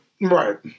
right